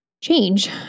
change